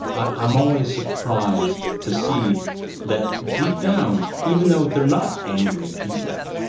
i'm always surprised to see that deep down, even though they're not angry people,